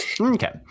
okay